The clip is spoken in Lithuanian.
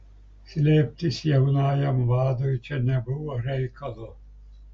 slėptis jaunajam vadui čia nebuvo reikalo